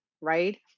right